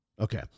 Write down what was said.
Okay